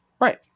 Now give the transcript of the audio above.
Right